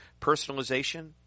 personalization